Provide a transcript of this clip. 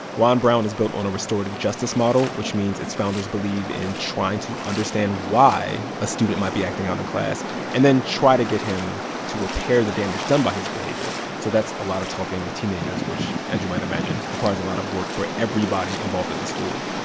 ron brown is built on a restorative justice model, which means its founders believe in trying to understand why a student might be acting out in class and then try to get him to repair the damage done by his behavior so that's a lot of talking with teenagers, which, as you might imagine, requires a lot of work for everybody involved at the school.